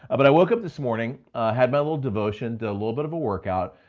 ah but i woke up this morning, i had my little devotion, a little bit of a workout,